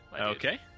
okay